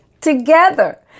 together